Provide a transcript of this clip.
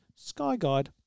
Skyguide